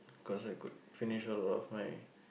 cause I could finish all of my